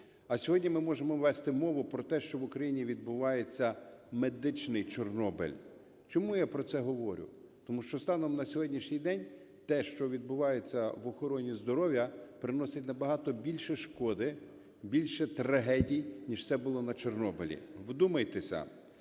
А сьогодні ми можемо вести мову про те, що в Україні відбувається "медичний Чорнобиль". Чому я про це говорю? Тому що станом на сьогоднішній день те, що відбувається в охороні здоров'я, приносить набагато більше шкоди, більше трагедій ніж це було на Чорнобилі. Вдумайтеся,